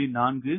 4 0